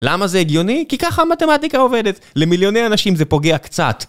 למה זה הגיוני? כי ככה המתמטיקה עובדת, למיליוני אנשים זה פוגע קצת